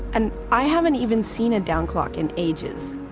and i haven't even seen a down clock in ages.